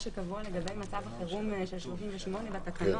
שקבוע לגבי מצב החירום של 38 בתקנון.